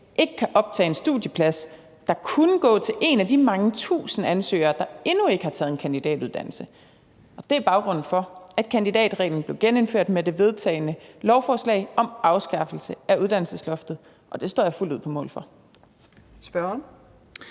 ikke kan optage en studieplads, der kunne gå til en af de mange tusind ansøgere, der endnu ikke har taget en kandidatuddannelse. Og det er baggrunden for, at kandidatreglen blev genindført med det vedtagne lovforslag om afskaffelse af uddannelsesloftet – og det står jeg fuldt ud på mål for.